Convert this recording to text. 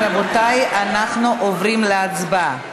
רבותיי, אנחנו עוברים להצבעה.